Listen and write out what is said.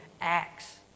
Acts